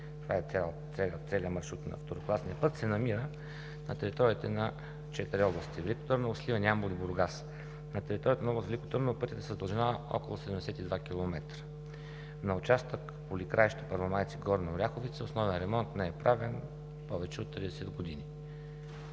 Това е целият маршрут на второкласния път и се намира на територията на четири области: Велико Търново, Сливен, Ямбол и Бургас. На територията на област Велико Търново пътят е с дължина около 72 км. На участък Поликраище – Първомайци – Горна Оряховица, основен ремонт не е правен повече от 30 години.